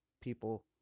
people